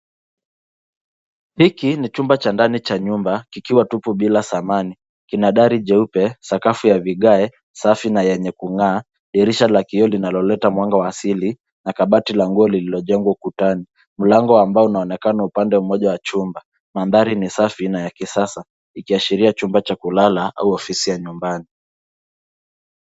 Hiki ni chumba cha ndani cha nyumba kikiwa tupu bila samani. Kinadhari jeupe, sakafu ya vigae, safi na yenye kung'aa, dirisha la kiyoo linaloleta mwanga wa asili, na kabati la nguo lililojengwa ukutani. Mlango ambao unaonekana upande wa umoja wa chumba. Mandhari ni safi na ya kisasa. Ikiashiria chumba cha kulala au ofisi ya nyumbani.